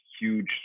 huge